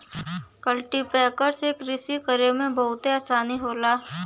cultipacker से कृषि करे में बहुते आसानी होला